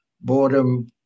boredom